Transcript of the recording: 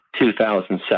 2007